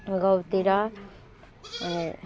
हाम्रो गाउँतिर अनि